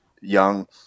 young